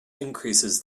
increases